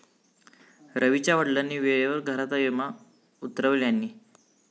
रवीच्या वडिलांनी वेळेवर घराचा विमो उतरवल्यानी